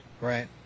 right